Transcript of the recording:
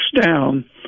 down